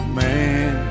man